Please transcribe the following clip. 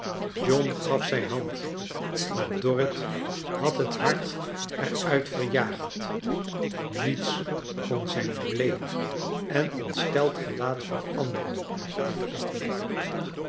john gaf zijn hand maar dorrit had het hart er uit verjaagd niets kon zijn bleek en ontsteld gelaat veranderen op dit oogenblik